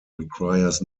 requires